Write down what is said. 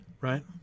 right